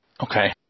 Okay